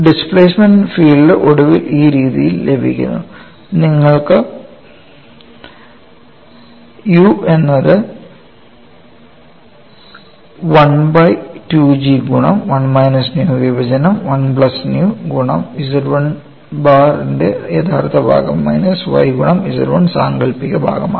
displacement field ഒടുവിൽ ഈ രീതിയിൽ ലഭിക്കുന്നു നിങ്ങൾക്ക് u എന്നത് 1ബൈ 2 G ഗുണം 1 മൈനസ് ന്യൂ വിഭജനം 1 പ്ലസ് ന്യൂ ഗുണം Z 1 ബാർ ഇൻറെ യഥാർത്ഥ ഭാഗം മൈനസ് y ഗുണം Z 1 സാങ്കൽപ്പിക ഭാഗം ആണ്